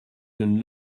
donne